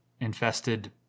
infested